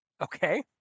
Okay